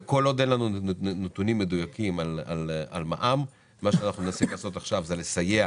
שאנחנו מנסים לעשות עכשיו זה לפתור